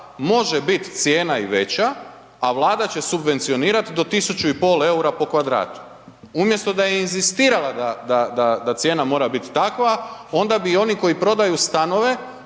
može biti cijena i veća, a Vlada će subvencionirat do 1.500 EUR-a po kvadratu. Umjesto da je inzistirala da cijena mora biti takva onda je bi oni koji prodaju stanove